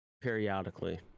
Periodically